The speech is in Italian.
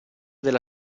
della